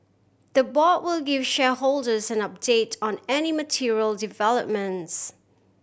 the board will give shareholders an update on any material developments